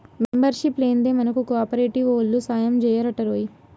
membership లేందే మనకు కోఆపరేటివోల్లు సాయంజెయ్యరటరోయ్